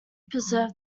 preserve